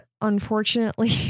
unfortunately